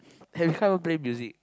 can someone play music